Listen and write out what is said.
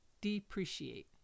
depreciate